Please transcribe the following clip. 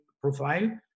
profile